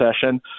session